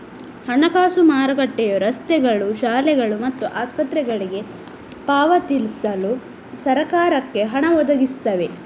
ಹಣಕಾಸು ಮಾರುಕಟ್ಟೆಯು ರಸ್ತೆಗಳು, ಶಾಲೆಗಳು ಮತ್ತು ಆಸ್ಪತ್ರೆಗಳಿಗೆ ಪಾವತಿಸಲು ಸರಕಾರಕ್ಕೆ ಹಣ ಒದಗಿಸ್ತವೆ